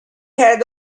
had